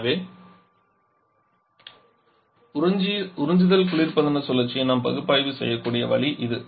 எனவே உறிஞ்சுதல் குளிர்பதன சுழற்சியை நாம் பகுப்பாய்வு செய்யக்கூடிய வழி இது